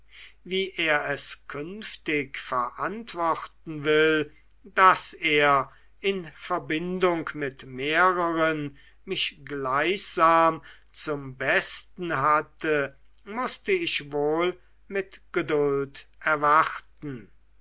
wie er es künftig verantworten will daß er in verbindung mit mehreren mich gleichsam zum besten hatte muß ich wohl mit geduld erwarten